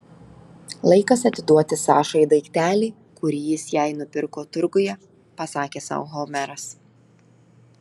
laikas atiduoti sašai daiktelį kurį jis jai nupirko turguje pasakė sau homeras